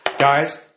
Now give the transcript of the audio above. Guys